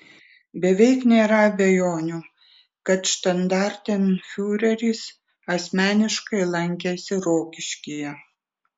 beveik nėra abejonių kad štandartenfiureris asmeniškai lankėsi rokiškyje